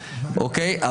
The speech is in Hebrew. אוקיי?